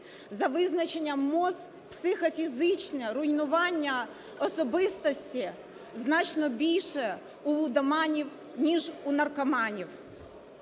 За визначенням МОЗ психофізичне руйнування особистості значно більше у лудоманів ніж у наркоманів.